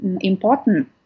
important